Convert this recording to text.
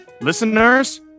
listeners